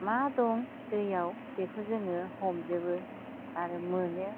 मा दं दैआव बेखौ जोङो हमजोबो आरो मोनो